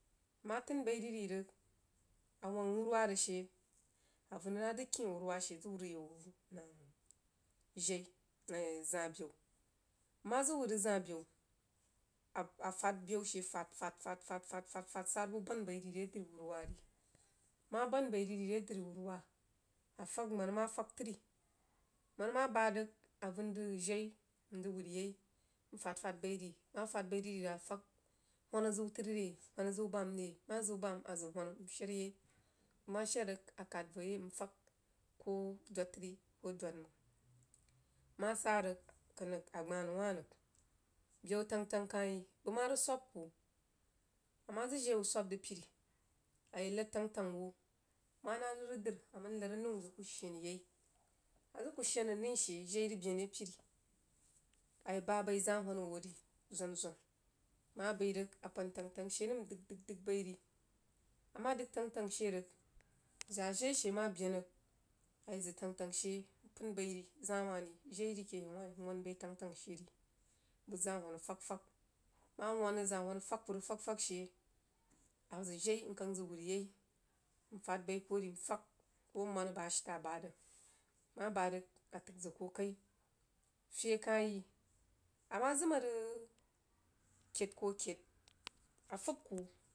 Nmah təin baih rig ri rig a wang wuruwah rig she a vəng nah zəg kyeh wuruwah zəg whar a yau nang jai zahbəu nmah zəg whd rig zah bəu afad bəu she fad fad fad fad sarubuh baan baih rí are dri wah ri mah baan buh rig ri are dri wah ri afag marinah mah fag tri mannah amah baad rig avən zəg jai nzəg whar gai nfad fad bai ri mah fad bai rīg ri rəg a fag hwanah ziu trī re hwanah ziu baan re mah ziu bam azəg hwanah nshed tai nmah shed rig a khad voh yɛi nfag koh dod tri koh dod mang mah sah rig gbanou wah rig bəg tang tang kah yi bəg mah rig swaab kuh a mah zəg jai wuh swag rah apiri a yeh la tang tang wuh manah renər bər a mən lad anau nzəg kuh shannah yai a zəg kuh shan anəi sha jai rig ben are piri a yes baah baih zah hwahah wuh a ri zwan zwan mah bəi rig apan tang tang she nəm ndəg dəg bəng baih ri amah dəg tang tang she rig zah jai she mah ben rig a zəg tang tang she npəin baih ri zah wah ri jai ri ke yau wah ri n waahu baih tang tang she ri bəg zah hwanah fag fag mah wahn rig zah hwana fag kuh rig fag fag she azəg jai nkang zəg whar yai nfad bəi kuh ri nfag koh mannah bəg ashita bahd rig mah bahd rig mah bahd rig atəg zəg kuh kai fye kai yi amah zən a rig kəid kuh akəid a fuub kuh.